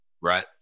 Right